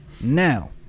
Now